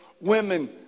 women